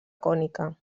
cònica